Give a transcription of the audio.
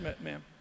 ma'am